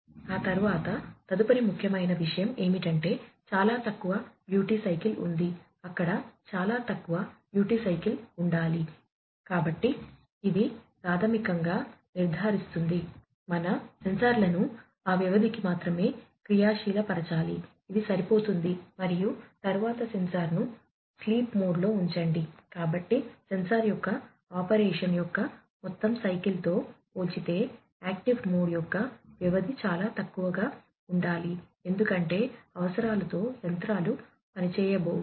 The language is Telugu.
ఆ తరువాత తదుపరి ముఖ్యమైన విషయం ఏమిటంటే చాలా తక్కువ డ్యూటీ సైకిల్ యొక్క వ్యవధి చాలా తక్కువగా ఉండాలి ఎందుకంటే అవసరాలతో యంత్రాలు పని చేయబోతున్నాయి